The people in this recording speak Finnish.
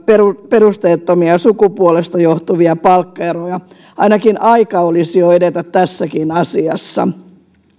perusteettomia sukupuolesta johtuvia palkkaeroja ainakin aika olisi jo edetä tässäkin asiassa